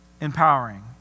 empowering